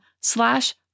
slash